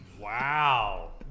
Wow